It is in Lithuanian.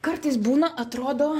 kartais būna atrodo